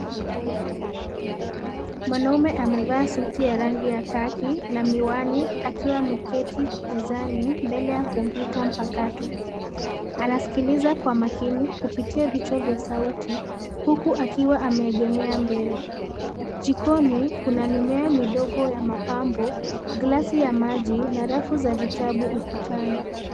Mwanaume amevaa suti ya rangi ya kaki na miwani akiwa ameketi mezani mbele ya kompyuta mpakato, anasikiliza kwa makini kupitia vichwa vya sauti, huku akiwa ameegemea mbele, jikoni kuna mimea midogo ya mapambo, glasi ya maji na rafu za vitabu ukutani.